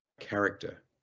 character